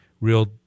real